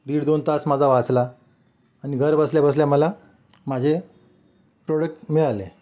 दीड दोन तास माझा वाचला आणि घरबसल्या बसल्या मला माझे प्रोडक्ट मिळाले